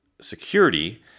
security